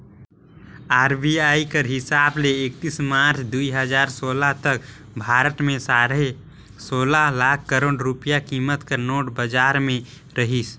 RBI कर हिसाब ले एकतीस मार्च दुई हजार सोला तक भारत में साढ़े सोला लाख करोड़ रूपिया कीमत कर नोट बजार में रहिस